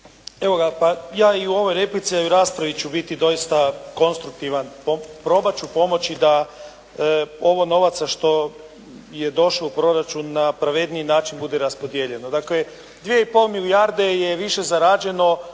(SDP)** Ja i u ovoj replici, a i u raspravi ću biti doista konstruktivan, probat ću pomoći da ovo novaca što je došlo u proračun na pravedniji način bude raspodijeljeno. Dakle, 2 i pol milijarde je više zarađeno